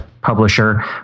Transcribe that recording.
publisher